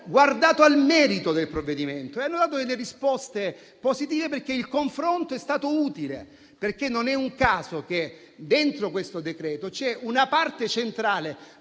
guardato al merito del provvedimento e hanno dato risposte positive, perché il confronto è stato utile. Non è un caso che dentro questo decreto ci sia una parte centrale